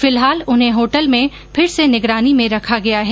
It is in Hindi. फिलहाल उन्हें होटल में फिर से निगरानी में रखा गया है